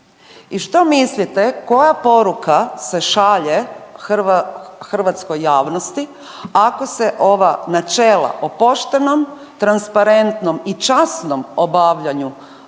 i što mislite koja poruka se šalje hrvatskoj javnosti ako se ova načela o poštenom, transparentnom i časnom obavljanju